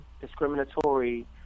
discriminatory